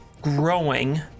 growing